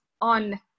on